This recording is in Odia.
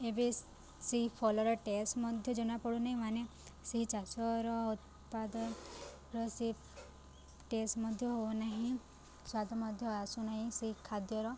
ଏବେ ସେଇ ଫଲର ଟେଷ୍ଟ୍ ମଧ୍ୟ ଜଣାପଡ଼ୁନାହିଁ ମାନେ ସେହି ଚାଷର ଉତ୍ପାଦର ସେ ଟେଷ୍ଟ୍ ମଧ୍ୟ ହଉନାହିଁ ସ୍ୱାଦ ମଧ୍ୟ ଆସୁନାହିଁ ସେହି ଖାଦ୍ୟର